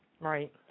Right